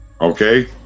okay